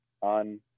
on